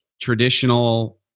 traditional